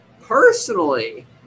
Personally